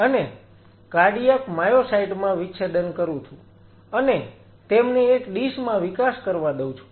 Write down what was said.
અને તેને cardiac myocyte માં વિચ્છેદન કરું છું અને તેમને એક ડીશ માં વિકાસ કરવા દઉં છું